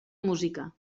música